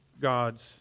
God's